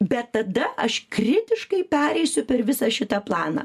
bet tada aš kritiškai pereisiu per visą šitą planą